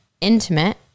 Intimate